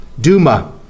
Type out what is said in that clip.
Duma